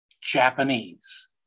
Japanese